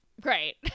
great